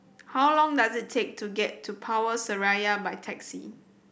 how long does it take to get to Power Seraya by taxi